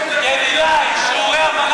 אני מציע לכם לקחת שיעורי הבנת הנקרא.